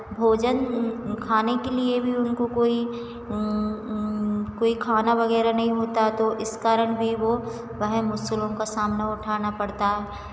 भोजन खाने के लिए भी उनको कोई कोई खाना वगैरह नहीं होता तो इस कारण भी वो वह मुश्किलों का सामना उठाना पड़ता है